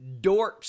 dorks